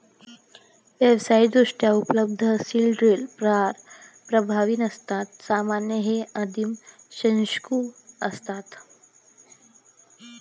व्यावसायिकदृष्ट्या उपलब्ध seed drill फार प्रभावी नसतात सामान्यतः हे आदिम शंकू असतात